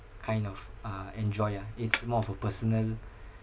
kind of uh enjoy ah it's more of a personal